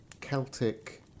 Celtic